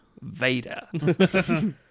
Vader